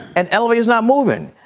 and elevators not moving.